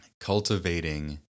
Cultivating